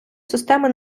системи